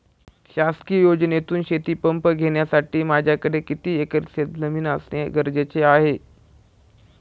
शासकीय योजनेतून शेतीपंप घेण्यासाठी माझ्याकडे किती एकर शेतजमीन असणे गरजेचे आहे?